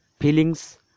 feelings